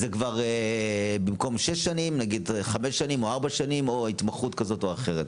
נניח חמש שנים או ארבע שנים או התמחות כזאת או אחרת.